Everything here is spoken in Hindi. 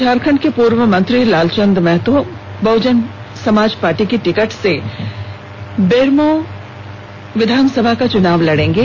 झारखंड के पूर्व मंत्री लालचंद महतो बहुजन समाज पार्टी के टिकट से बेरमो विधानसभा का उपचुनाव लड़ेंगे